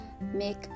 make